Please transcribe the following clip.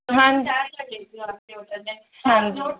हाँ जी हाँ जी